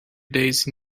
days